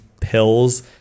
pills